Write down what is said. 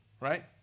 Right